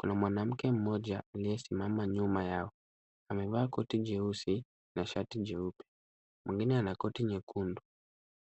Kuna mwanamke mmoja aliyesimama nyuma yao. Amevaa koti jeusi na shati jeupe. Mwingine ana koti nyekundu.